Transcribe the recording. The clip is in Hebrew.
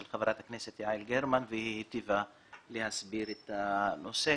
חברת הכנסת יעל גרמן והיא היטיבה להסביר את הנושא,